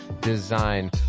design